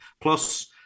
Plus